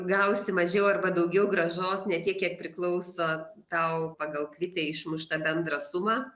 gausi mažiau arba daugiau grąžos ne tik kiek priklauso tau pagal kvite išmuštą bendrą sumą